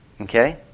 Okay